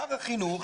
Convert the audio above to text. שר החינוך,